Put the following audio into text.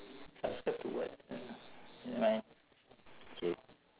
subscribe to what [sial] never mind K